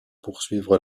poursuivre